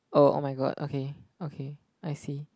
oh oh my god okay okay I see